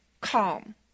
calm